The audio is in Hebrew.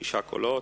שישה קולות,